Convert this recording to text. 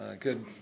good